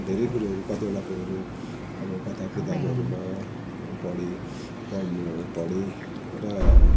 धेरै कुरोहरू कतिवटा कुरोहरू अब कथा किताबहरूमा पढी पढ्नु पँढे र